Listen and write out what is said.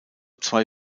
zwei